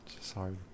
Sorry